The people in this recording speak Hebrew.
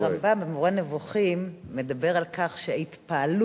הרמב"ם ב"מורה נבוכים" מדבר על כך שההתפעלות